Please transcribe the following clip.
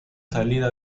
salida